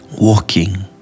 walking